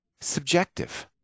subjective